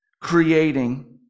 creating